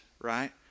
Right